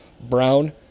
Brown